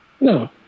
No